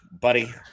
buddy